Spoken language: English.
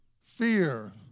Fear